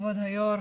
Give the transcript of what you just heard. כבוד היו"ר,